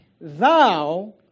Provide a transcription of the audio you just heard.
thou